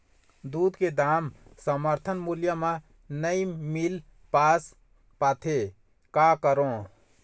दूध के दाम समर्थन मूल्य म नई मील पास पाथे, का करों?